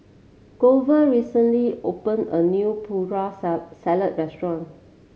Glover recently opened a new Putri Salad restaurant